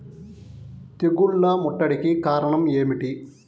తెగుళ్ల ముట్టడికి కారణం ఏమిటి?